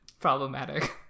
problematic